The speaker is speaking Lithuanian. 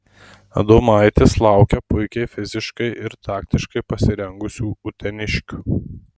adomaitis laukia puikiai fiziškai ir taktiškai pasirengusių uteniškių